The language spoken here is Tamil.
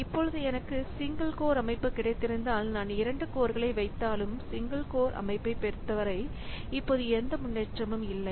இப்பொழுது எனக்கு சிங்கிள் கோர் அமைப்பு கிடைத்திருந்தால் நான் 2 கோர்களை வைத்தாலும் சிங்கிள் கோர் அமைப்பைப் பொறுத்தவரை இப்போது எந்த முன்னேற்றமும் இல்லை